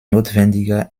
notwendiger